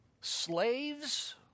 Slaves